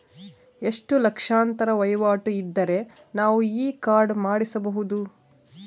ಎಷ್ಟು ಲಕ್ಷಾಂತರ ವಹಿವಾಟು ಇದ್ದರೆ ನಾವು ಈ ಕಾರ್ಡ್ ಮಾಡಿಸಬಹುದು?